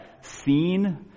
seen